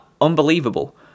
Unbelievable